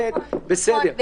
Z בסדר,